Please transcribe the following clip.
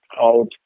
out